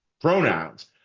pronouns